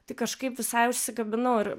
tik kažkaip visai užsikabinau ir